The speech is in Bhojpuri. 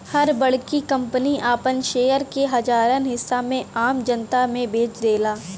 हर बड़की कंपनी आपन शेयर के हजारन हिस्सा में आम जनता मे बेच देला